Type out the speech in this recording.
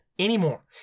anymore